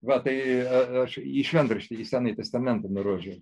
va tai aš į šventraštį į senąjį testamentą nurodžiau